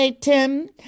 Tim